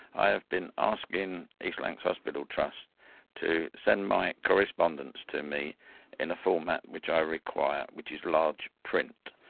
i have been ah so asking east lancs hospital trust to send my correspondence to me in a format which i require which is large print.